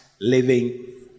living